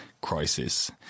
crisis